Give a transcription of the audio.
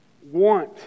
want